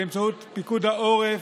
באמצעות פיקוד העורף,